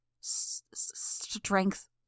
Strength